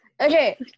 Okay